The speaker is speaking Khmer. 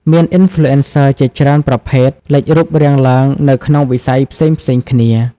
មាន Influencer ជាច្រើនប្រភេទលេចរូបរាងឡើងនៅក្នុងវិស័យផ្សេងៗគ្នា។